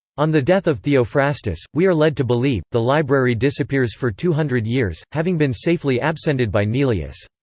on the death of theophrastus, we are led to believe, the library disappears for two hundred years, having been safely abscended by neleus.